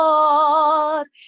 Lord